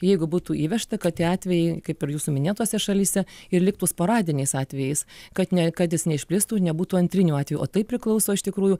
jeigu būtų įvežta kad tie atvejai kaip ir jūsų minėtose šalyse ir liktų sporadiniais atvejais kad ne kad jis neišplistų nebūtų antrinių atvejų o tai priklauso iš tikrųjų